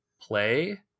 play